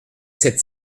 sept